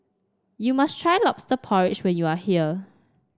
you must try lobster porridge when you are here